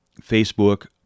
Facebook